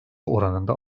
oranında